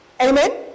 Amen